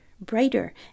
brighter